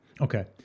Okay